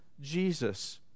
Jesus